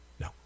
No